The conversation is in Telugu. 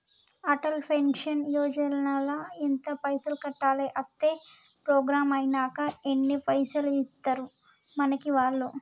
అటల్ పెన్షన్ యోజన ల ఎంత పైసల్ కట్టాలి? అత్తే ప్రోగ్రాం ఐనాక ఎన్ని పైసల్ ఇస్తరు మనకి వాళ్లు?